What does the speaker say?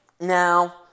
Now